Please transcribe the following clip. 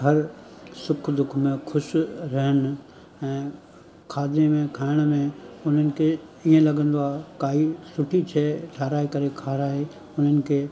हर सुखु दुख में ख़ुशि रहनि ऐं खाधे में खाइण में उन्हनि खे इअं लॻंदो आहे काई सुठी शइ ठाहिराए करे खाराए उन्हनि खे